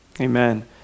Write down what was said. Amen